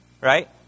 right